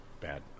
bad